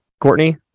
Courtney